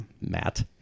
Matt